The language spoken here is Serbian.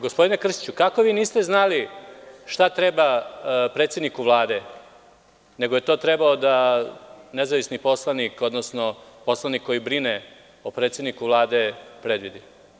Gospodine Krstiću, kako vi niste znali šta treba predsedniku Vlade, nego je to trebao nezavisni poslanik, odnosno poslanik koji brine o predsedniku Vlade da previdi?